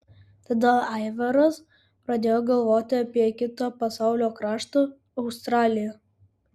tada aivaras pradėjo galvoti apie kitą pasaulio kraštą australiją